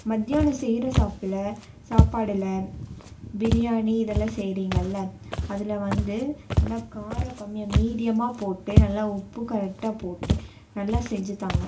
மத்யானம் செய்கிற சாப்புல்ல சாப்பாடில் பிரியாணி இதெல்லாம் செய்கிறிங்கல்ல அதில் வந்து நல்லா காரம் கம்மியாக மீடியமாக போட்டு நல்லா உப்பு கரெக்டாக போட்டு நல்லா செஞ்சுத்தாங்க